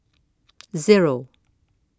Zero